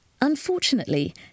Unfortunately